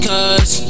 Cause